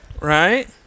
Right